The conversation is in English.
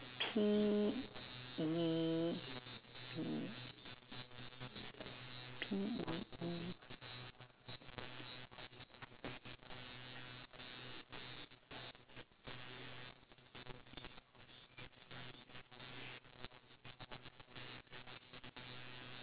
P E E P E E